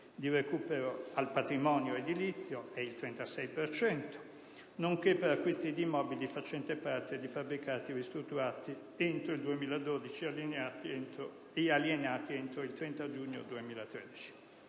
di recupero al patrimonio edilizio - è del 36 per cento - nonché per acquisti di immobili facenti parte di fabbricati ristrutturati entro il 2012 ed alienati entro il 30 giugno 2013.